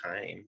time